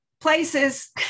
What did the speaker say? Places